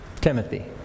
Timothy